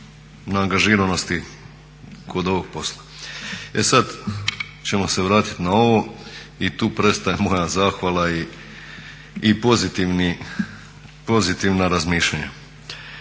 na angažiranosti kod ovog posla. E sad ćemo se vratiti na ovo i tu prestaje moja zahvala i pozitivna razmišljanja.